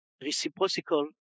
reciprocal